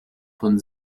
von